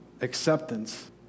acceptance